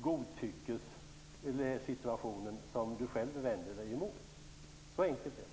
godtyckessituation som Charlotta Bjälkebring själv vänder sig emot. Så enkelt är det.